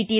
T